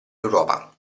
europa